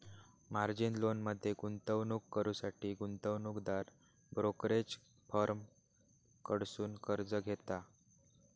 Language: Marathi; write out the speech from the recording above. मार्जिन लोनमध्ये गुंतवणूक करुसाठी गुंतवणूकदार ब्रोकरेज फर्म कडसुन कर्ज घेता